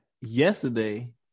yesterday